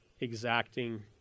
exacting